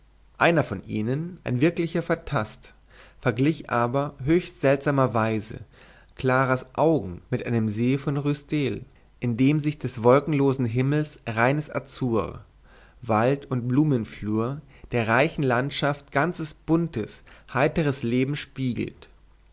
einer von ihnen ein wirklicher fantast verglich aber höchstseltsamer weise claras augen mit einem see von ruisdael in dem sich des wolkenlosen himmels reines azur wald und blumenflur der reichen landschaft ganzes buntes heitres leben spiegelt